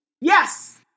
Yes